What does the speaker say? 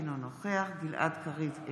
אינו נוכח גלעד קריב,